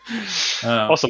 Awesome